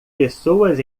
pessoas